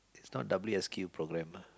it's W_S_Q program ah